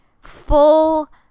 full